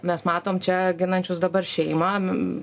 mes matom čia ginančius dabar šeimą